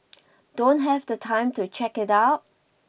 don't have the time to check it out